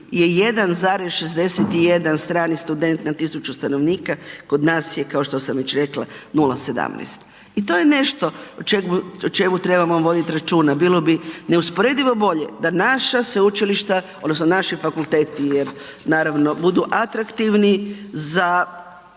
je 1,61 strani student na 1000 stanovnika, kod je, kao što sam već rekla 0,17 i to je nešto o čemu trebamo voditi računa. Bilo bi neusporedivo bolje da naša sveučilišta, odnosno naši fakulteti, je li, naravno budu atraktivni za